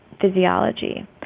physiology